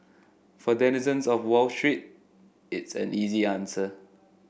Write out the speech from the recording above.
for denizens of Wall Street it's an easy answer